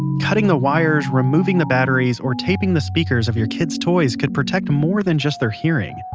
cutting the wires, removing the batteries, or taping the speakers of your kid's toys could protect more than just their hearing.